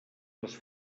les